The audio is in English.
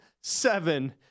seven